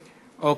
הסתייגות.